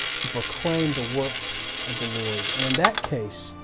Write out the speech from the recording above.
to proclaim the works of the lord and in that case,